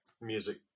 music